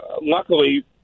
luckily